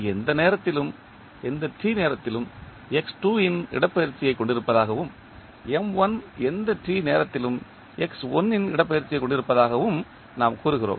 எந்த t நேரத்திலும் இன் இடப்பெயர்ச்சியைக் கொண்டிருப்பதாகவும் எந்த t நேரத்திலும் இன் இடப்பெயர்ச்சியைக் கொண்டிருப்பதாகவும் நாம் கூறுகிறோம்